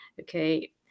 okay